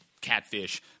Catfish